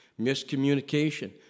Miscommunication